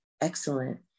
excellent